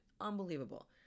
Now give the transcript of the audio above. Unbelievable